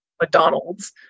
mcdonald's